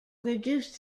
reduced